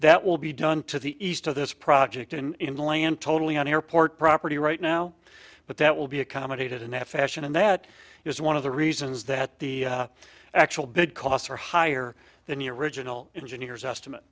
that will be done to the east of this project and inland totally on airport property right now but that will be accommodated in f action and that is one of the reasons that the actual bid costs are higher than the original engineers estimate